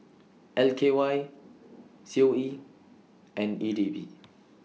L K Y C O E and E D B